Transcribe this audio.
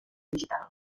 digital